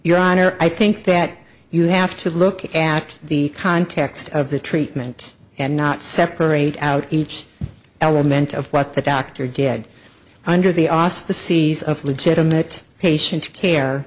your honor i think that you have to look at the context of the treatment and not separate out each element of what the doctor did under the os the c s of legitimate patient